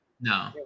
No